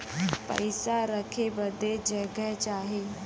पइसा रखे बदे जगह चाही